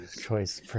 choice